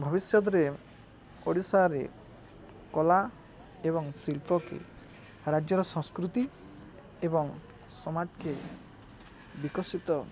ଭବିଷ୍ୟତରେ ଓଡ଼ିଶାରେ କଲା ଏବଂ ଶିଳ୍ପକେ ରାଜ୍ୟର ସଂସ୍କୃତି ଏବଂ ସମାଜକେ ବିକଶିତ